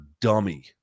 dummy